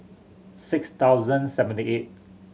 six thousand seventy eight